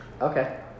Okay